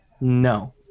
No